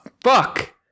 Fuck